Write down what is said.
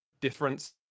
difference